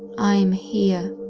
i'm here,